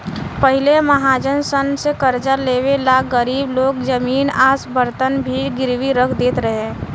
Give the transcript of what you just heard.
पहिले महाजन सन से कर्जा लेवे ला गरीब लोग जमीन आ बर्तन भी गिरवी रख देत रहे